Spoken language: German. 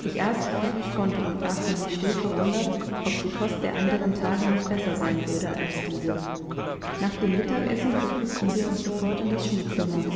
ich aß so viel ich konnte und fragte mich still verwundert ob die kost der anderen tage nicht besser sein würde als diese nach dem mittagessen verfügten wir uns sofort in das schulzimmer